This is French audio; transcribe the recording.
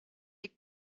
est